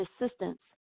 assistance